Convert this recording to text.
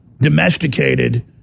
domesticated